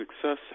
success